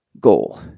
goal